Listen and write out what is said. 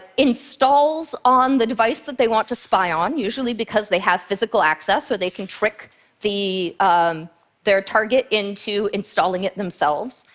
installs on the device that they want to spy on, usually because they have physical access or they can trick um their target into installing it themselves,